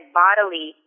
bodily